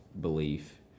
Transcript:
belief